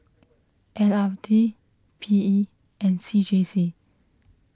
L R T P E and C J C